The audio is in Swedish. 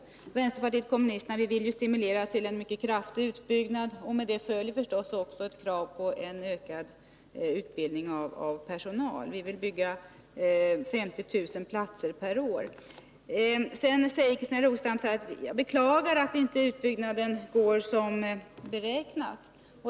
Vi i vänsterpartiet kommunisterna vill stimulera till en mycket kraftig utbyggnad, och med det följer förstås också ett krav på ökad utbildning av personal. Vi vill bygga 50 000 platser per år. Sedan säger Christina Rogestam att hon beklagar att utbyggnaden inte går som beräknat.